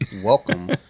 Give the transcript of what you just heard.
welcome